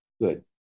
Good